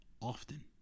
often